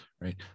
right